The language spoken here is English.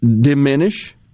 diminish